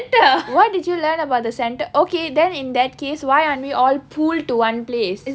why did you learn about the centre okay then in that case why aren't we all pulled to one place